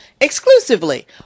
exclusively